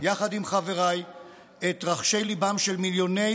יחד עם חבריי את רחשי ליבם של מיליוני